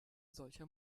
solcher